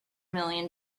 million